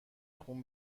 خون